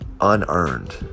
unearned